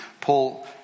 Paul